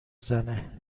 زنه